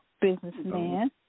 businessman